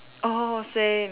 orh same